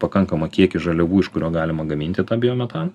pakankamą kiekį žaliavų iš kurio galima gaminti tą biometan